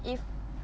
if